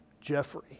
Jeffrey